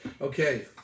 Okay